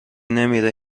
نمیره